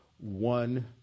one